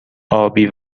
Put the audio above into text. آبی